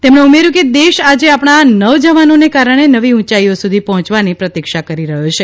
તેમણે ઉમેર્યું કે દેશ આજે આપણા નવજવાનોને કારણે નવી ઉંચાઇઓ સુધી પહોંચવાની પ્રતિક્ષા કરી રહ્યો છે